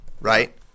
Right